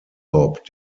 hop